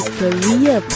career